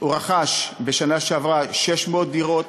הוא רכש בשנה שעברה 600 דירות,